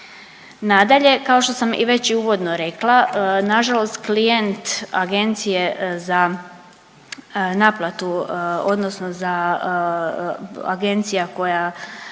Nadalje, kao što sam i već i uvodno rekla nažalost klijent agencije za naplatu odnosno za agencija koja